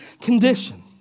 condition